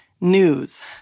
news